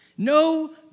No